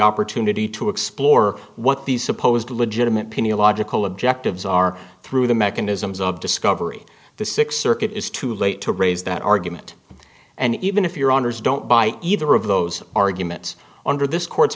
opportunity to explore what these supposed legitimate pea logical objectives are through the mechanisms of discovery the sixth circuit is too late to raise that argument and even if your honour's don't buy either of those arguments under this court